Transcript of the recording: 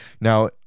Now